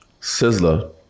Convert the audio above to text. Sizzler